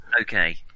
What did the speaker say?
Okay